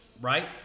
Right